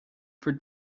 for